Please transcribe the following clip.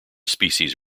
species